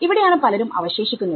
ഇവിടെയാണ് പലരും അവശേഷിക്കുന്നത്